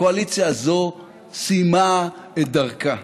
הקואליציה הזאת סיימה את דרכה,